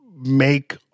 make